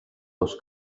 los